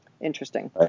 Interesting